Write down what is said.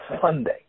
Sunday